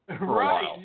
Right